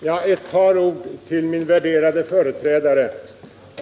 Herr talman! Ett par ord till min värderade företrädare.